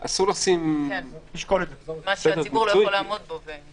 אז במקום לחסוך אסור לשים --- משהו שהציבור לא יכול לעמוד בו.